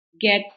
get